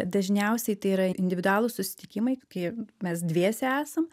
dažniausiai tai yra individualūs susitikimai kai mes dviese esam